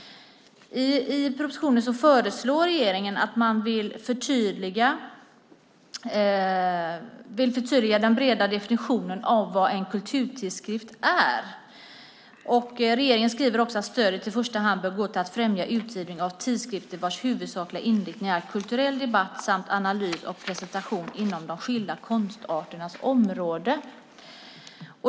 I propositionen skriver regeringen att man vill förtydliga den breda definitionen av vad en kulturtidskrift är. Regeringen skriver också att stödet i första hand bör gå till att främja utgivning av tidskrifter vars huvudsakliga inriktning är kulturell debatt och analys och presentation inom de skilda konstarternas område.